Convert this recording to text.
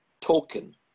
token